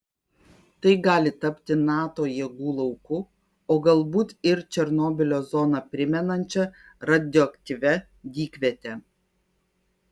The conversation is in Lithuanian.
tai gali tapti nato jėgų lauku o galbūt ir černobylio zoną primenančia radioaktyvia dykviete